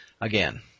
again